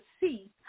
see